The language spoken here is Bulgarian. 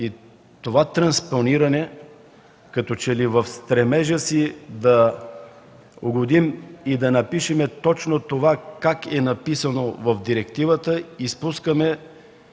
това транспониране като че ли в стремежа си да угодим и напишем точно онова, което е написано в директивата, изпускаме